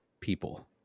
people